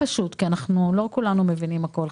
פשוט מאוד, כי לא כולנו מבינים הכול.